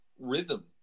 rhythm